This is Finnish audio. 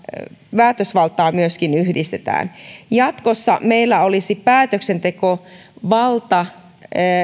päätösvaltaa yhdistetään jatkossa meillä olisi päätöksentekovalta